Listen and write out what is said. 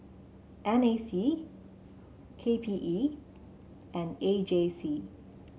N A C K P E and A J C